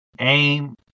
aim